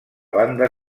banda